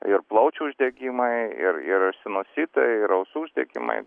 ir plaučių uždegimai ir ir sinusitai ir ausų uždegimai